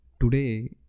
today